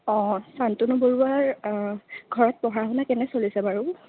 অঁ চান্তনু বৰুৱাৰ ঘৰত পঢ়া শুনা কেনে চলিছে বাৰু